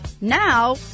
Now